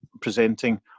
Presenting